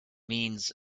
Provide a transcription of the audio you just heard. means